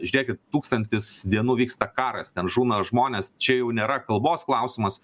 žiūrėkit tūkstantis dienų vyksta karas ten žūna žmonės čia jau nėra kalbos klausimas